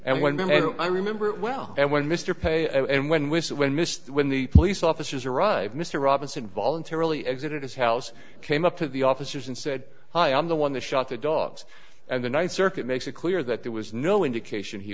and when i remember it well and when mr pay and when whistle when missed when the police officers arrived mr robinson voluntarily exited his house came up to the officers and said hi i'm the one that shot the dogs and the th circuit makes it clear that there was no indication he